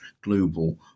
global